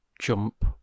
Jump